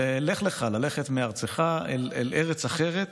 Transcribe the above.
"לך לך" ללכת מארצך אל ארץ אחרת